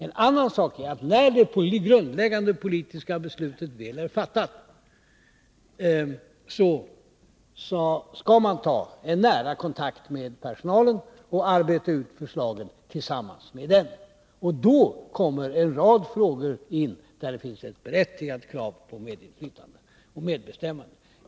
En annan sak är, att när det grundläggande politiska beslutet väl är fattat, skall man ta en nära kontakt med personalen och arbeta ut förslagen tillsammans med den. Då uppkommer en rad frågor, där det finns ett berättigat krav på medinflytande och medbestämmande.